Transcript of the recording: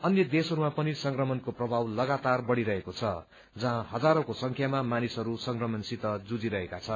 अन्य देशहरूमा पनि संक्रमणको प्रभाव लगातार बढ़िरहेको छ जहाँ हजारौंको संख्यामा मानिसहरू संक्रमणसित जुझिरहेका छन्